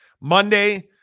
Monday